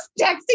texting